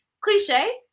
Cliche